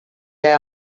there